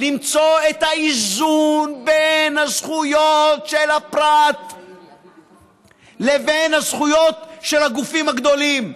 למצוא את האיזון בין הזכויות של הפרט לבין הזכויות של הגופים הגדולים,